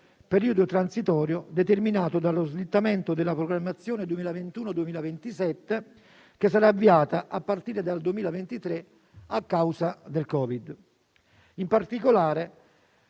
periodo transitorio determinato dallo slittamento della programmazione 2021-2027, che sarà avviata a partire dal 2023 a causa del Covid. In particolare,